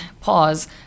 pause